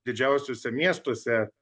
didžiausiuose miestuose